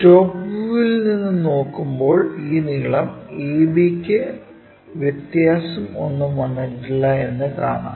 top വ്യൂവിൽ നിന്ന് നോക്കുമ്പോൾ ഈ നീളം AB ക്കു വ്യത്യാസം ഒന്നും വന്നിട്ടില്ല എന്ന് കാണാം